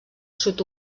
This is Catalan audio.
sud